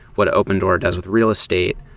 what opendoor does with real estate,